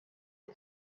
est